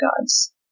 gods